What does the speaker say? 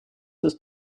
ist